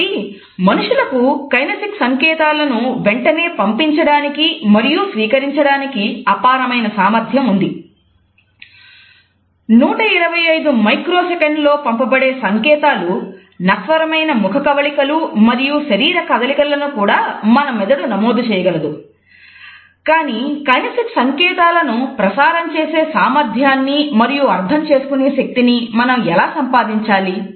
కాబట్టి మనుషులకు కైనేసిక్స్ సంకేతాలను ప్రసారం చేసే సామర్థ్యాన్ని మరియు అర్థం చేసుకునే శక్తిని మనం ఎలా సంపాదించాలి